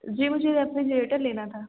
جی مجھے ریفریجریٹر لینا تھا